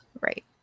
Right